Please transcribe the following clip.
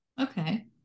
Okay